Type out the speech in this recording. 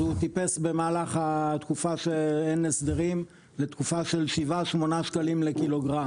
הוא טיפס במהלך התקופה שאין הסדרים ל- 7-8 ₪ לק"ג.